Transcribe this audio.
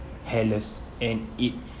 hairless and it